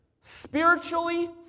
spiritually